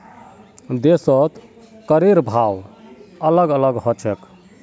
देशत करेर भाव अलग अलग ह छेक